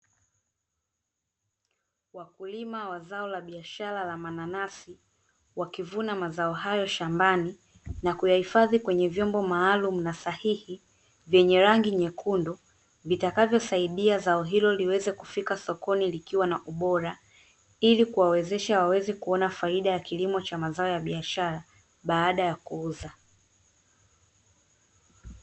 Wakulima wa zao la biashara la mananasi, wakivuna mazao hayo shambani na kuyahifadhi kwenye vyombo maalumu na sahihi vyenye rangi nyekundu, vitakavyosaidia zao hilo liweze kufika sokoni likiwa na ubora, ili kuwawezesha waweze kuona faida ya kilimo cha mazao ya biashara, baada ya kuuza.